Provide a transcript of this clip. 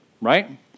right